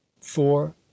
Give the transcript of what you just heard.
four